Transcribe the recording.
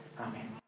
Amen